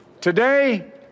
Today